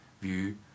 view